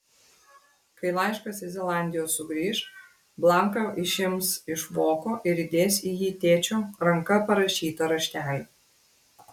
kai laiškas iš zelandijos sugrįš blanką išims iš voko ir įdės į jį tėčio ranka parašytą raštelį